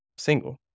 single